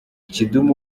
kidum